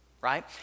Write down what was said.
right